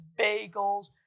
bagels